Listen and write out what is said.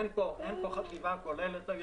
אין כאן חשיבה כוללת היום.